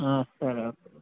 yes sir